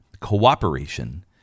Cooperation